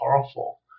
powerful